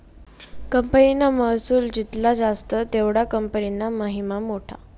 कंपनीना महसुल जित्ला जास्त तेवढा कंपनीना महिमा मोठा